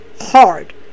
hard